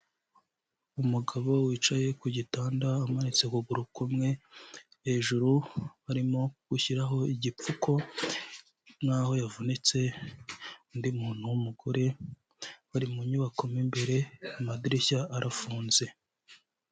Umugabo wicaye ku gitanda umanitse ukuguru kumwe, hejuru arimo gushyiraho igipfuko nkaho yavunitse, undi muntu w'umugore bari mu nyubako mo imbere amadirishya arafunze.